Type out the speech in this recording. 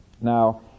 Now